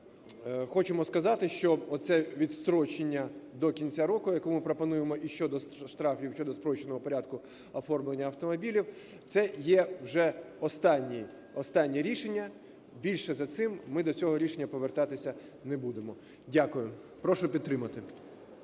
хочемо сказати, що оце відстрочення до кінця року, яке ми пропонуємо і щодо штрафів, і щодо спрощеного порядку оформлення автомобілів, це є вже останнє рішення, більше за цим ми до цього рішення повертатися не будемо. Дякую. Прошу підтримати.